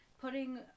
putting